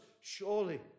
Surely